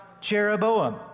Jeroboam